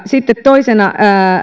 sitten toisena